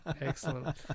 Excellent